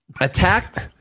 Attack